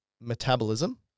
metabolism